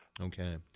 Okay